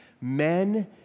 Men